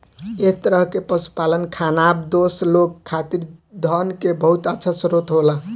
एह तरह के पशुपालन खानाबदोश लोग खातिर धन के बहुत अच्छा स्रोत होला